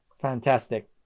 Fantastic